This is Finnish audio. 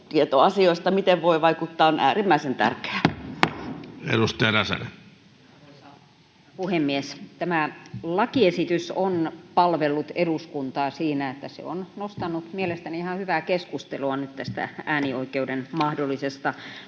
Tieto siitä, miten voi vaikuttaa, on äärimmäisen tärkeää. Arvoisa puhemies! Tämä lakiesitys on palvellut eduskuntaa siinä, että se on nostanut mielestäni ihan hyvää keskustelua nyt tästä äänioikeuden mahdollisesta